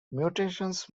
mutations